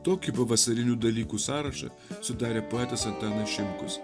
tokį pavasarinių dalykų sąrašą sudarė poetas antanas šimkus